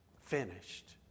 finished